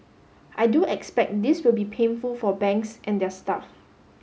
I do expect this will be painful for banks and their staff